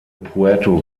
puerto